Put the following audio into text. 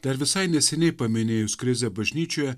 dar visai neseniai paminėjus krizę bažnyčioje